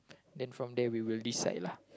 then from there we will decide lah